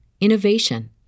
innovation